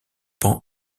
pend